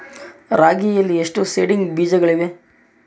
ರಾಗಿಯಲ್ಲಿ ಎಷ್ಟು ಸೇಡಿಂಗ್ ಬೇಜಗಳಿವೆ?